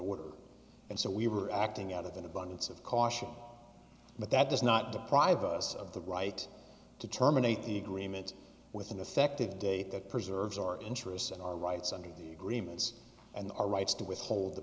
order and so we were acting out of an abundance of caution but that does not deprive us of the right to terminate the agreement with an affected date that preserves our interests and our rights under the agreements and our rights to withhold the